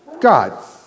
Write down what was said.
God